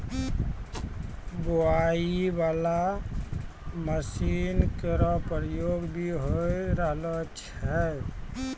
बोआई बाला मसीन केरो प्रयोग भी होय रहलो छै